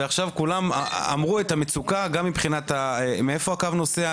ועכשיו כולם אמרו את המצוקה גם מבחינת מאיפה הקו נוסע,